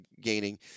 gaining